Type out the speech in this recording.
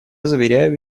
заверяю